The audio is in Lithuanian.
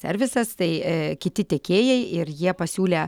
servisas tai kiti tiekėjai ir jie pasiūlė